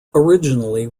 originally